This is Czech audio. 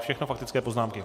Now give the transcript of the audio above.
Všechno faktické poznámky.